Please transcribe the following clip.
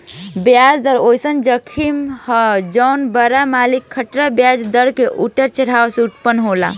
ब्याज दर ओइसन जोखिम ह जवन बड़ मालिक खातिर ब्याज दर के उतार चढ़ाव से उत्पन्न होला